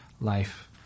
life